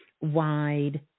wide